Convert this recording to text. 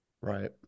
Right